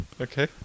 Okay